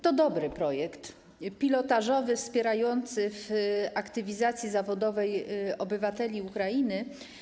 To dobry projekt, pilotażowy, wspierający w aktywizacji zawodowej obywateli Ukrainy.